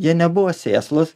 jie nebuvo sėslūs